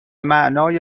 معنای